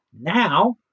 Now